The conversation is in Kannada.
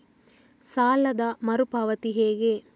ಸಾಲದ ಮರು ಪಾವತಿ ಹೇಗೆ?